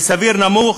וסבירות נמוכה,